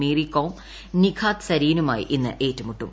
മേരികോം നിഖാദ് സരീനുമായി ഇന്ന് ഏറ്റുമുട്ടും